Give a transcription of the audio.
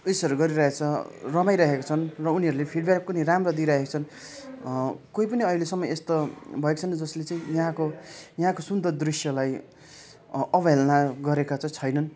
यसहरू गरिरहेको छ रमाइरहेको छन् र उनीहरूले फिड ब्याक पनि राम्रो दिइरहेका छन् कोही पनि अहिलेसम्म यस्तो भएको छैन जसले चाहिँ यहाँको यहाँको सुन्दर दृश्यलाई अ अवहेलना गरेका चाहिँ छैनन्